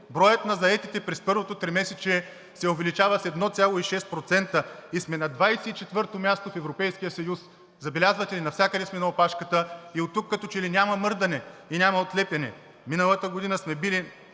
Броят на заетите през първото тримесечие се увеличава с 1,6% и сме на 24-то място в Европейския съюз. Забелязвате ли, навсякъде сме на опашката и оттук като че ли няма мърдане и няма отлепяне. Миналата година сме били